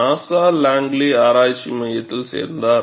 NASA Langley ஆராய்ச்சி மையத்தில் சேர்ந்தார்